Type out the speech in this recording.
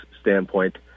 standpoint